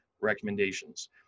recommendations